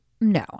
no